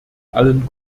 allen